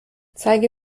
zeige